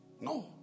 No